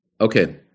Okay